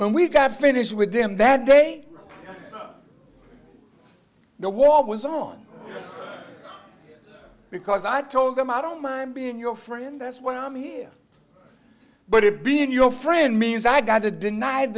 we got finished with them that day the war was on because i told them i don't mind being your friend that's why i'm here but it being your friend means i got to den